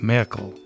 Merkel